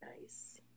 Nice